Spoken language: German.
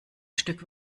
stück